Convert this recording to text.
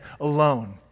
alone